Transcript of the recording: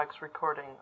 recording